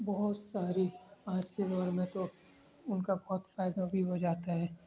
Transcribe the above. بہت ساری آج کے دور میں تو ان کا بہت فائدہ بھی ہو جاتا ہے